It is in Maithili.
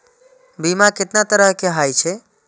बीमा केतना तरह के हाई छै?